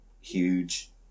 huge